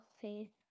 faith